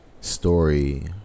story